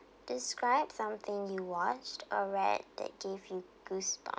describe something you watched or read that gave you goosebump~